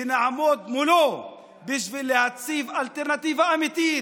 ונעמוד מולו בשביל להציב אלטרנטיבה אמיתית